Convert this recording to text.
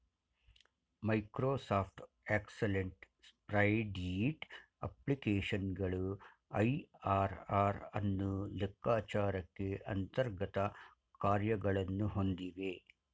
Microsoft excellent spreadsheet ಅಪ್ಲಿಕೇಶನ್ಗಳು IRR ಅನ್ನು ಲೆಕ್ಕಚಾರಕ್ಕೆ ಅಂತರ್ಗತ ಕಾರ್ಯಗಳನ್ನು ಹೊಂದಿವೆ